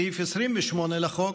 סעיף 28 לחוק,